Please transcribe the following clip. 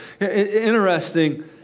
Interesting